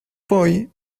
boy